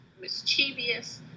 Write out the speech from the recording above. mischievous